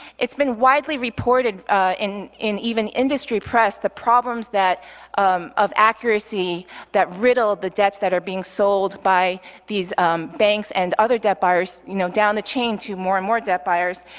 it's been widely reported in in even industry press the problems of accuracy that riddled the debts that are being sold by these banks and other debt buyers you know down the chain to more and more debt buyers.